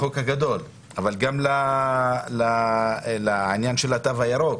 אבל גם לעניין של התו הירוק.